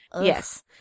Yes